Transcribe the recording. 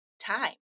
time